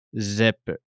zip